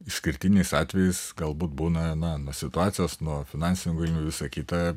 išskirtinis atvejis galbūt būna na nuo situacijos nuo finansinių galimybių visą kitą